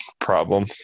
problem